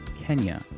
Kenya